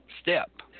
Step